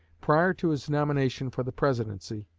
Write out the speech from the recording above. prior to his nomination for the presidency,